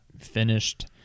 finished